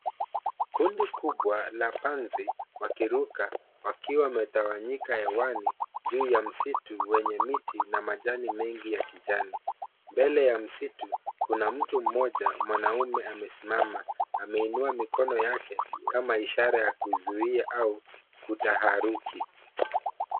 Kundi kubwa la panzi wakiruka wakiwa wametawanyika hewani juu ya msitu wenye miti na majani mengi ya kijani. Mbele ya msitu kuna mtu mmoja mwanamume amesimama. Ameinua mikono yake kama ishara ya kuzuia au kutaharuki.